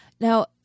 Now